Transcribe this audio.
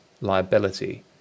liability